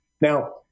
now